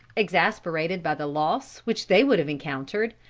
exasperated by the loss which they would have encountered,